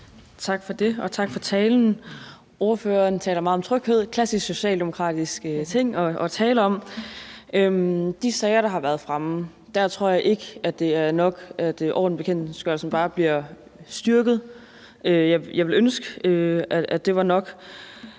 Tak for det, og tak for talen. Ordføreren taler meget om tryghed – klassisk socialdemokratisk ting at tale om. I forbindelse med de sager, der har været fremme, tror jeg ikke, det er nok, at ordensbekendtgørelsen bare bliver styrket. Jeg ville ønske, at det var nok,